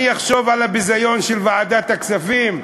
אני אחשוב על הביזיון של ועדת הכספים?